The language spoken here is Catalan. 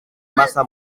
massa